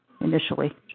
initially